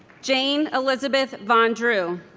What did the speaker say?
jayne elizabeth von dreau